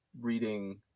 reading